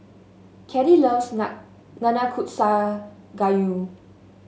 Caddie loves Nanakusa Gayu